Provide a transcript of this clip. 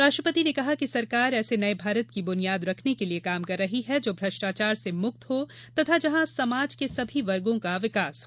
राष्ट्रपति ने कहा कि सरकार ऐसे नए भारत की बुनियाद रखने के लिए काम कर रही है जो भ्रष्टाचार से मुक्त हो तथा जहां समाज के सभी वर्गों का विकास हो